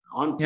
on